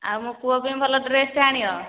ଆଉ ମୋ ପୁଅ ପାଇଁ ଭଲ ଡ୍ରେସ୍ଟେ ଆଣିବ